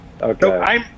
okay